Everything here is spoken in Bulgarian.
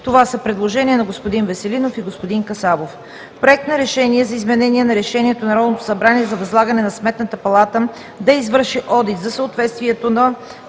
Това са предложения на господин Веселинов и господин Касабов.